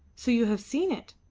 so you have seen it?